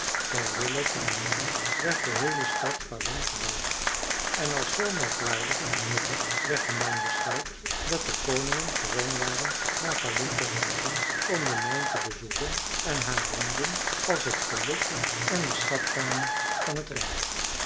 tijden terwille van de mijn werd de heele stad falun gebouwd en als zoo merkwaardig en nuttig werd de mijn beschouwd dat de koningen gewoon waren naar falun te reizen om de mijn te bezoeken en haar roemden als het geluk en de schatkamer van het rijk